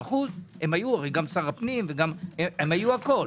75% - הם היו גם שר הפנים, הם היו הכול